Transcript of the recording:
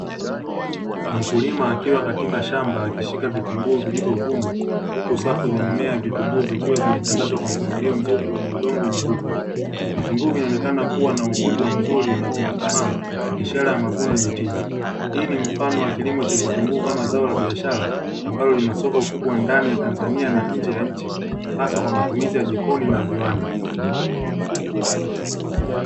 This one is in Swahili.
Mkulima akiwa katika shamba akishika vitunguu vilivyovunwa huku safu za mimea ya vitunguu zikiwa zimetandazwa kwa mpangilio mzuri kwenye udongo wenye rutuba vitunguu vinaonekana kuwa na ukubwa mzuri na vimekomaa ikiwa ni ishara